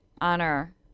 honor